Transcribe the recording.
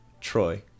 Troy